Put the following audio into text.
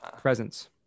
presence